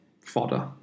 fodder